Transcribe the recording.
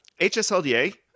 HSLDA